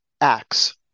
acts